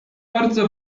bardzo